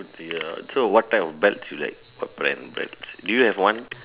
oh dear so what type of bag you like what brand do you have one